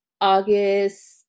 August